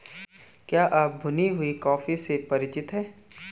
क्या आप भुनी हुई कॉफी से परिचित हैं?